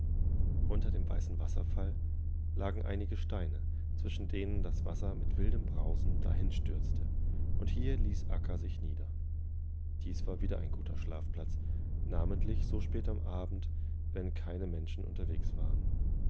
unter dem weißen wasserfall lagen einigesteine zwischendenendaswassermitwildembrausendahinstürzte und hier ließ akka sich nieder dies war wieder ein guter schlafplatz namentlich so spät am abend wenn keine menschen unterwegs waren